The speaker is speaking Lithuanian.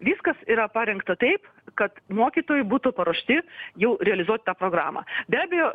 viskas yra parinkta taip kad mokytojai būtų paruošti jau realizuot ta programą be abejo